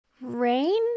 Rain